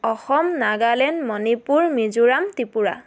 Assam Nagaland Manipur Mizoram Tripura